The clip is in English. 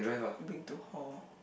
bring to hall